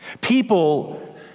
people